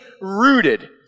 rooted